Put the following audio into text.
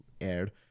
aired